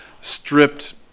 stripped